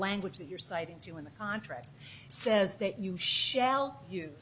language that you're citing to you in the contract says that you shall